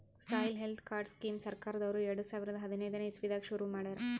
soil health card scheme ಸರ್ಕಾರ್ದವ್ರು ಎರಡ ಸಾವಿರದ್ ಹದನೈದನೆ ಇಸವಿದಾಗ ಶುರು ಮಾಡ್ಯಾರ್